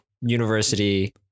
university